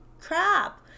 crap